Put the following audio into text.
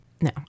No